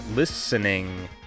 listening